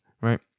right